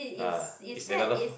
ah it's another